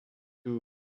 too